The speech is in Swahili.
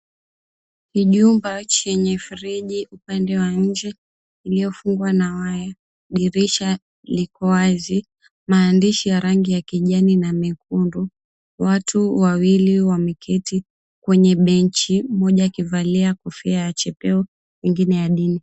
Kijumba chenye friji upande wa njee iliyofungwa na waya. Dirisha liko wazi. Maandishi ya rangi ya kijani na mekundu. Watu wawili wameketi kwenye benchi mmoja akivalia kofia ya chepeo mwingine ya dini.